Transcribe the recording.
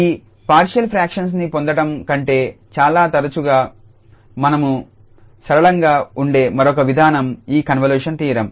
ఈ partial fractions ని పొందడం కంటే చాలా తరచుగా మరియు సరళంగా ఉండే మరొక విధానం ఈ కన్వల్యూషన్ థీరం